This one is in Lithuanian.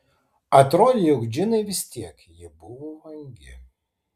atrodė jog džinai vis tiek ji buvo vangi